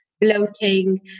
bloating